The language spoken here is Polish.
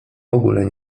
ogóle